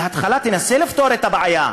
בהתחלה תנסה לפתור את הבעיה,